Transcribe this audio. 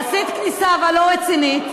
עשית כניסה, אבל לא רצינית,